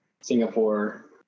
Singapore